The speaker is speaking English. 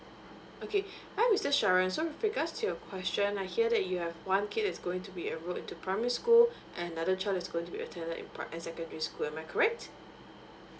okay hi mrs sharon so regards to your question I hear that you have one kid is going to be enrolled into primary school and another child is going to be attended at secondary school am I correct